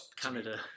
Canada